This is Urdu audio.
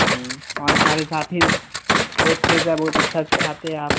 ہمارے سارے ساتھی ہی بہت خوش ہے بہت اچھا سکھاتے ہیں آپ